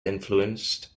influenced